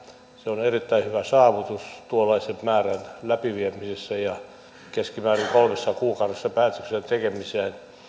se on erittäin hyvä saavutus tuollaisen määrän läpiviemisessä keskimäärin kolmessa kuukaudessa päätöksen tekemiseen